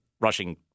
rushing